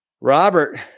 Robert